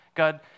God